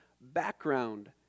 background